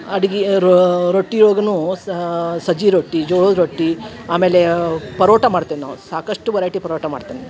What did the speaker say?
ಅಡುಗೆ ರೊಟ್ಟಿ ಒಳ್ಗೂ ಸಜ್ಜೆ ರೊಟ್ಟಿ ಜೋಳದ ರೊಟ್ಟಿ ಆಮೇಲೆ ಪರೋಟ ಮಾಡ್ತೇನೆ ನಾವು ಸಾಕಷ್ಟು ವೆರೈಟಿ ಪರೋಟ ಮಾಡ್ತೇನೆ